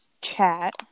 chat